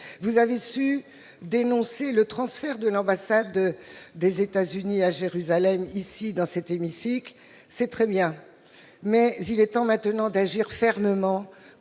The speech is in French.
Vous avez su dénoncer le transfert de l'ambassade des États-Unis à Jérusalem dans cet hémicycle. C'est très bien, mais il est temps maintenant d'agir fermement